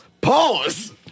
Pause